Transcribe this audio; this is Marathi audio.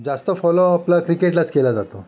जास्त फॉलो आपला क्रिकेटलाच केला जातो